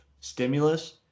stimulus